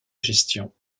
gestion